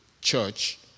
church